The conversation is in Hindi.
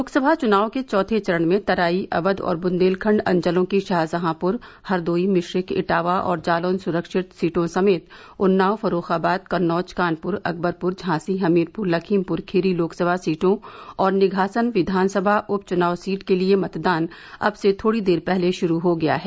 लोकसभा चुनाव के चौथे चरण में तराई अक्व और बुन्देलखंड अंचलों की शाहजहांपुर हरदोई मिश्रिख इटावा और जालौन सुरक्षित सीटों समेत उन्नाव फर्रुखाबाद कन्नौज कानपुर अकबरपुर झांसी हमीरपुर लखीमपुर खीरी लोकसभा सीटों और निघासन विधानसभा उप चुनाव सीट के लिये मतदान अब से थोड़ी देर पहले शुरू हो गया है